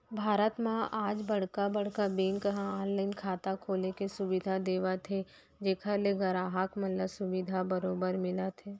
भारत म आज बड़का बड़का बेंक ह ऑनलाइन खाता खोले के सुबिधा देवत हे जेखर ले गराहक मन ल सुबिधा बरोबर मिलत हे